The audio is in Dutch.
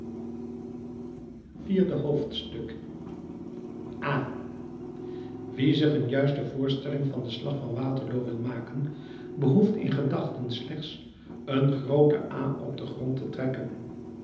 vierde hoofdstuk a wie zich een juiste voorstelling van den slag van waterloo wil maken behoeft in gedachten slechts een groote a op den grond te trekken